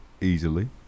Easily